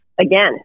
again